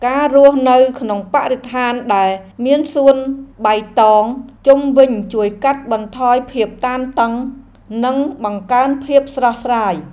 ការរស់នៅក្នុងបរិស្ថានដែលមានសួនបៃតងជុំវិញជួយកាត់បន្ថយភាពតានតឹងនិងបង្កើនភាពស្រស់ស្រាយ។